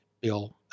bill